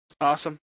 Awesome